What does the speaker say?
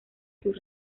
sus